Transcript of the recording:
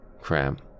Crap